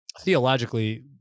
theologically